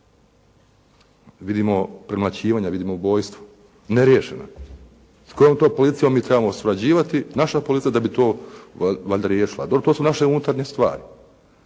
Vidimo premlaćivanja, vidimo ubojstva neriješena. S kojom to policijom mi trebamo surađivati naša policija da bi to valjda riješila. To su naše unutarnje stvari.